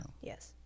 Yes